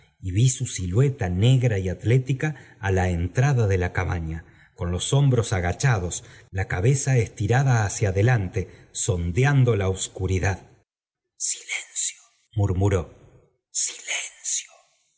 y vi su sdueta negra y atlética á la entrada de lacat ba n los hombros agachados la cabeza est rada hacia adelante sondeando la obscuridad silencio